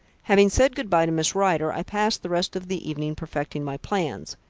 having said good-bye to miss rider, i passed the rest of the evening perfecting my plans.